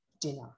dinner